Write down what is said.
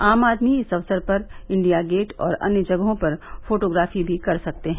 आम आदमी इस अवसर पर इंडिया गेट और अन्य जगहों पर फोटोग्राफी भी कर सकते हैं